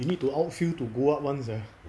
you need to outfield to go up [one] sia